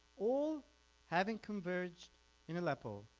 all having converged in aleppo